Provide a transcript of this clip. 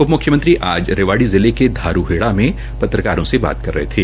उपमुख्यमंत्री आज रेवाड़ी जिले के धारूहेड़ा में पत्रकारों से बात कर रहे थे